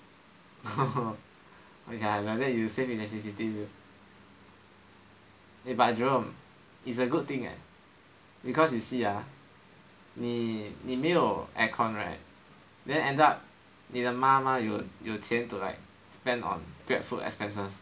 oh ya like that you save electricity bill but eh but Jerome it's a good thing eh because you see ah 你没有 aircon right then end up 你的妈妈有钱 to like spend on Grab food expenses